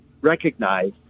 recognize